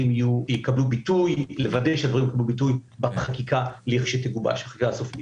יקבלו ביטוי בחקיקה הסופית לכשתגובש.